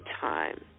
time